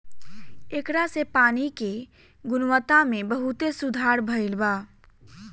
ऐकरा से पानी के गुणवत्ता में बहुते सुधार भईल बा